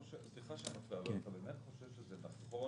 סליחה שאני מפריע לך, אבל אתה באמת חושב שזה נכון